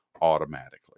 automatically